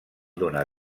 donar